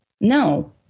No